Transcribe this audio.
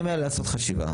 אני אומר לעשות חשיבה,